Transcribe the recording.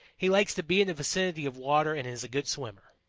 he likes to be in the vicinity of water and is a good swimmer.